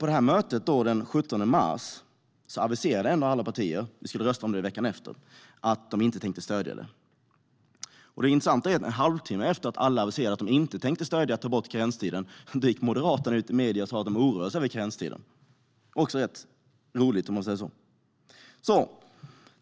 På mötet den 17 mars hade alla partier aviserat att de inte tänkte stödja vårt förslag när vi skulle rösta om det veckan efter. Men en halvtimme efter att alla hade aviserat att de inte tänkte stödja förslaget att ta bort karenstiden gick Moderaterna ut i medierna och sa att de oroade sig över karenstiden. Det var också rätt roligt.